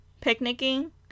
picnicking